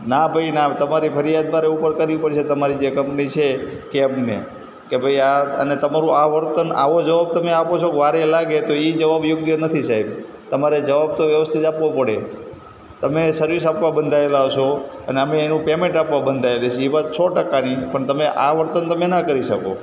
ના ભાઈ ના તમારી ફરિયાદ મારે ઉપર કરવી પડશે તમારી જે કંપની છે કેબને કે ભાઈ આ આને તમારું આ વર્તન આવો જવાબ જો તમે આપો છો વારે લાગે તો એ જવાબ યોગ્ય નથી સાહેબ તમારે જવાબ તો વ્યવસ્થિત આપવો પડે તમે સર્વિસ આપવા બંધાએલા છો અને અમે એનું પેમેન્ટ આપવા બંધાએલા છીએ વાત સો ટકાની પણ તમે આ વર્તન તમે ન કરી શકો